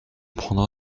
prendra